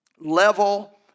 level